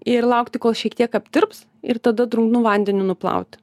ir laukti kol šiek tiek aptirps ir tada drungnu vandeniu nuplauti